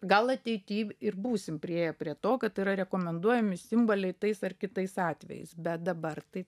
gal ateity ir būsim priėję prie to kad yra rekomenduojami simboliai tais ar kitais atvejais bet dabar tai